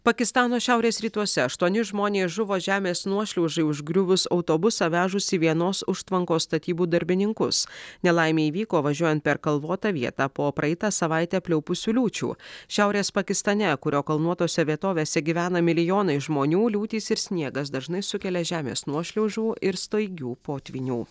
pakistano šiaurės rytuose aštuoni žmonės žuvo žemės nuošliaužai užgriuvus autobusą vežusį vienos užtvankos statybų darbininkus nelaimė įvyko važiuojant per kalvotą vietą po praeitą savaitę pliaupusių liūčių šiaurės pakistane kurio kalnuotose vietovėse gyvena milijonai žmonių liūtys ir sniegas dažnai sukelia žemės nuošliaužų ir staigių potvynių